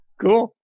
Cool